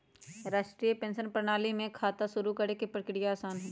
राष्ट्रीय पेंशन प्रणाली में खाता शुरू करे के प्रक्रिया आसान हई